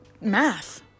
math